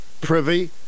privy